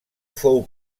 fou